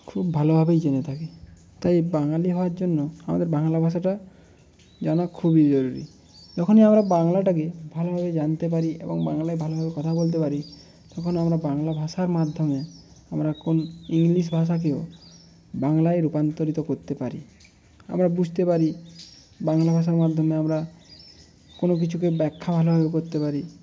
খুব ভালোভাবেই জেনে থাকি তাই বাঙালি হওয়ার জন্য আমাদের বাংলা ভাষাটা জানা খুবই জরুরি যখনই আমরা বাঙলাটাকে ভালোভাবে জানতে পারি এবং বাংলায় ভালোভাবে কথা বলতে পারি তখন আমরা বাংলা ভাষার মাধ্যমে আমরা কোন ইংলিশ ভাষাকেও বাংলায় রূপান্তরিত করতে পারি আবার বুঝতে পারি বাংলা ভাষার মাধ্যমে আমরা কোনো কিছুকে ব্যাখ্যা ভালোভাবে করতে পারি